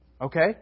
Okay